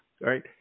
right